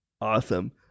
Awesome